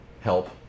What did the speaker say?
help